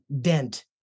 dent